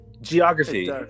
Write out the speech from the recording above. geography